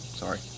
Sorry